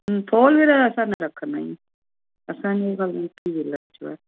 four wheeler असां न रखंदा आहियूं असांजो कमु टू वीलर जो आहे